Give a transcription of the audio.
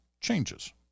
changes